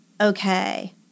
Okay